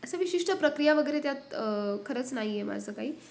असं विशिष्ट प्रक्रिया वगैरे त्यात खरंच नाही आहे माझं काही